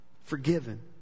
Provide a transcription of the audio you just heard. Forgiven